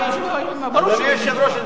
אדוני היושב-ראש,